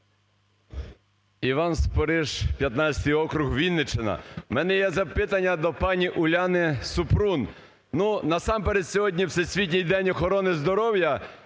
Іван Спориш, 15 округ, Вінниччина. У мене є запитання до пані Уляни Супрун. Ну, насамперед, сьогодні Всесвітній день охорони здоров'я.